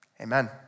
Amen